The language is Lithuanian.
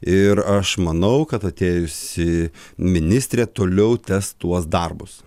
ir aš manau kad atėjusi ministrė toliau tęs tuos darbus